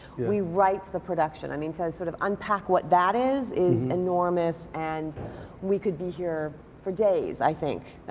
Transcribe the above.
we write the production. i mean so to sort of unpack what that is is enormous and we could be here for days, i think.